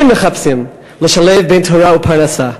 כן מחפשים לשלב בין תורה ופרנסה.